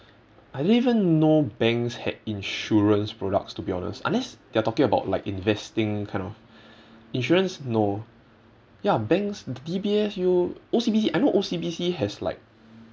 I didn't even know banks had insurance products to be honest unless they're talking about like investing kind of insurance no ya banks D_B_S U_O~ O_C_B_C I know O_C_B_C has like